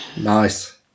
Nice